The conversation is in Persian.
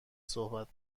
صحبت